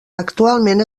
actualment